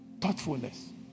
Thoughtfulness